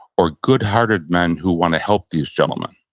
or good hearted men who want to help these gentlemen.